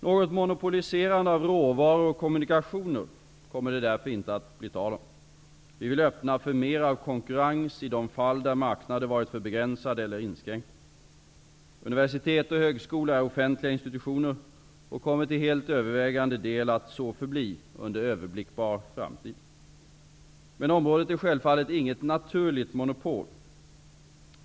Något monopoliserande av råvaror och kommunikationer kommer det därför inte att bli tal om. Vi vill öppna för mer av konkurrens i de fall där marknader varit för begränsade eller inskränkta. Universitet och högskolor är offentliga institutioner och kommer till övervägande del att så förbli under överblickbar framtid. Men området är självfallet inget naturligt monopol.